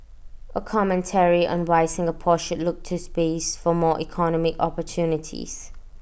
A commentary on why Singapore should look to space for more economic opportunities